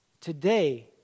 today